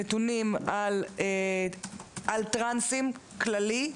נתונים על טרנסים כללי,